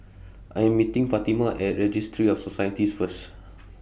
I Am meeting Fatima At Registry of Societies First